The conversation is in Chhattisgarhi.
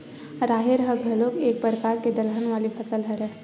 राहेर ह घलोक एक परकार के दलहन वाले फसल हरय